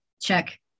Check